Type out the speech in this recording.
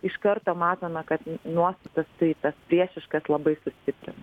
iš karto matome kad nuostatas tai tas priešiškas labai sustiprina